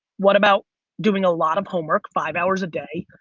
what about doing a lot of homework, five hours a day,